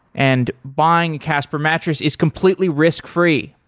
and buying a casper mattress is completely risk free.